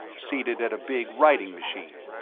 seated at a big writing machine.